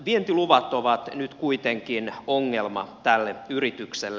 vientiluvat ovat nyt kuitenkin ongelma tälle yritykselle